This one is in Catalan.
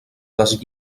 les